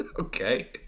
Okay